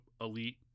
elite